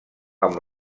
amb